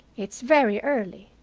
it's very early.